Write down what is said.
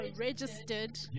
registered